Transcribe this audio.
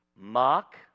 mock